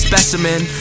Specimen